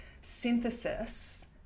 synthesis